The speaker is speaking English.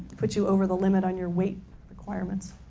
put you over the limit on your weight requirement.